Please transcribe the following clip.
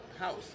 House